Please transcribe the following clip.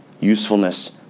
usefulness